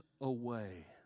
away